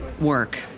work